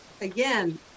again